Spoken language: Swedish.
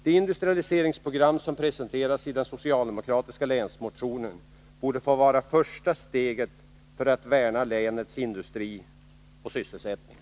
Det industrialiseringsprogram som presenteras i den socialdemokratiska länsmotionen borde få vara första steget mot att värna länets industri och sysselsättning.